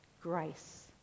grace